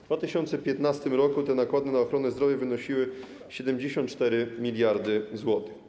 W 2015 r. te nakłady na ochronę zdrowia wynosiły 74 mld zł.